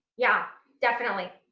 yeah definitely.